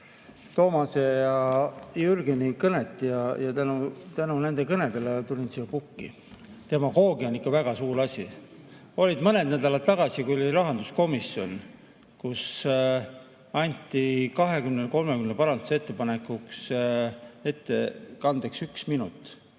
Toomase ja Jürgeni kõnet ja tänu nende kõnedele tulin siia pukki. Demagoogia on ikka väga suur asi. Olid mõned nädalad tagasi, kui oli rahanduskomisjon, kus anti 20–30 parandusettepaneku ettekandeks üks minut.